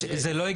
אני לא ראיתי.